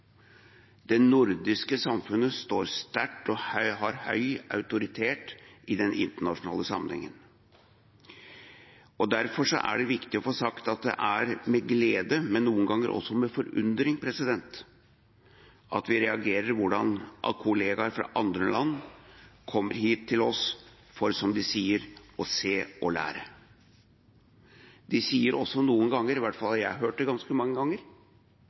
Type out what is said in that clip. Det nordiske samfunnet står sterkt og har høy autoritet i den internasjonale sammenhengen. Derfor er det viktig å få sagt at vi reagerer med glede – noen ganger også med forundring – når kollegaer fra andre land kommer hit til oss for å se og lære, som de sier. De spør også noen ganger – jeg har i hvert fall hørt det ganske mange ganger